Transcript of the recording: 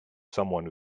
someone